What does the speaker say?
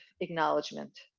acknowledgement